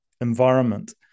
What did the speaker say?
environment